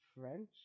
French